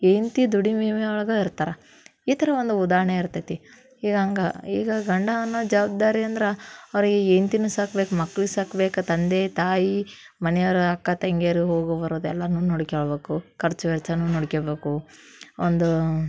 ಹೆಂಡ್ತಿ ದುಡಿಮೆ ಒಳಗೆ ಇರ್ತಾರೆ ಈ ಥರ ಒಂದು ಉದಾಹರಣೆ ಇರ್ತೈತಿ ಈಗ ಹಂಗೆ ಈಗ ಗಂಡ ಅನ್ನೋ ಜವಾಬ್ದಾರಿ ಅಂದ್ರೆ ಅವ್ರಿಗೆ ಹೆಂಡ್ತೀನು ಸಾಕ್ಬೇಕು ಮಕ್ಕಳು ಸಾಕ್ಬೇಕು ತಂದೆ ತಾಯಿ ಮನ್ಯವ್ರು ಅಕ್ಕ ತಂಗಿಯರು ಹೋಗು ಬರೋದೆಲ್ಲನೂ ನೋಡ್ಕೊಳ್ಬೇಕು ಖರ್ಚು ವೆಚ್ಚನೂ ನೋಡ್ಕೊಳ್ಬೇಕು ಒಂದು